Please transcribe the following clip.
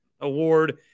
award